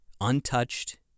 untouched